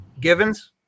Givens